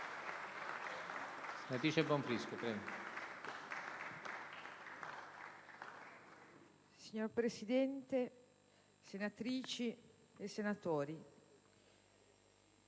Signor Presidente, senatrici e senatori,